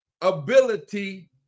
ability